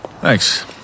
Thanks